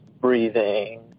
breathing